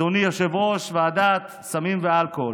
אדוני יושב-ראש ועדת סמים ואלכוהול,